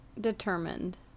determined